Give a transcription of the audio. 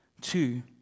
Two